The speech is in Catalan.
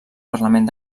parlament